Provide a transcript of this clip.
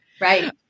right